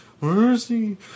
mercy